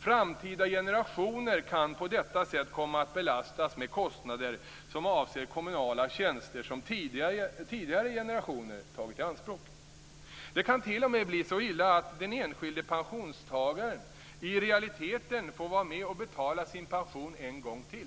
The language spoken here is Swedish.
Framtida generationer kan på detta sätt komma att belastas med kostnader som avser kommunala tjänster som tidigare generationer tagit i anspråk. Det kan t.o.m. bli så illa att den enskilde pensionstagaren i realiteten får vara med och betala sin pension än gång till.